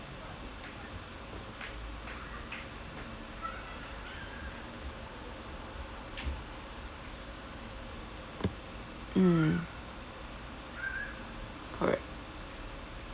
mm correct